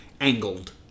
angled